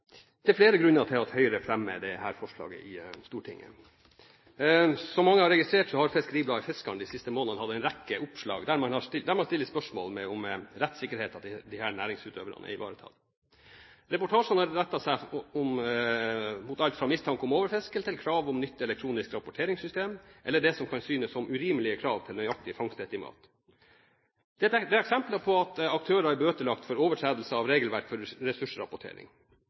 flere grunner til at Høyre fremmer dette forslaget i Stortinget. Som mange har registrert, har Fiskeribladet Fiskaren de siste månedene hatt en rekke oppslag der man stiller spørsmål ved om rettssikkerheten til disse næringsutøverne er ivaretatt. Reportasjene har rettet seg mot alt fra mistanke om overfiske til krav om nytt elektronisk rapporteringssystem, eller det som kan synes som urimelige krav til nøyaktig fangstestimat. Det er eksempler på at aktører er bøtelagt for overtredelser av regelverk for ressursrapportering.